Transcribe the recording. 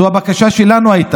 וזו הייתה הבקשה שלנו,